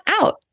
out